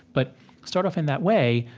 but start off in that way,